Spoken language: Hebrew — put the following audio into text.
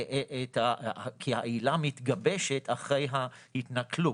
העילה מתגבשת אחרי ההתנכלות.